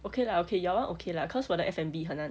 okay lah okay your [one] okay lah cause 我的 F&B 很难